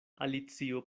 alicio